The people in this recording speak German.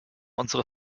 unsere